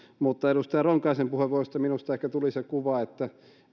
mutta edustaja ronkaisen puheenvuorosta minusta ehkä tuli se kuva että